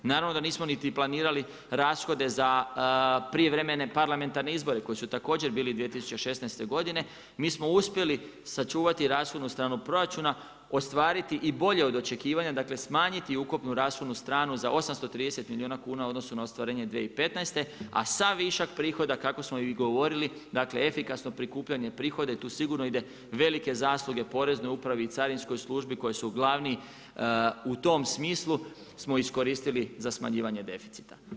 Naravno da nismo niti planirali rashode za prijevremene parlamentarne izbore koji su također bili 2016. godine, mi smo uspjeli sačuvati rashodovnu stranu proračuna, ostvariti i bolje od očekivanje, dakle smanjiti ukupnu rashodnu stranu za 830 milijuna kuna, u odnosu na ostvarenje 2015., a sav višak prihoda kako smo i govorili dakle, efikasno prikupljanje prihoda i tu sigurno ide velike zasluge poreznoj upravi i carinskoj službi koji su glavni u tom smislu, smo iskoristili za smanjivanje deficita.